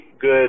good